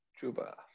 Juba